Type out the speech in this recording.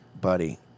buddy